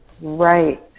right